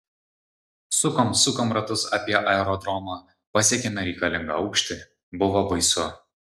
sukom sukom ratus apie aerodromą pasiekėme reikalingą aukštį buvo baisu